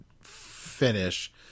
finish